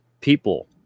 people